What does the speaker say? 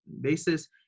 basis